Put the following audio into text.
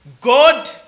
God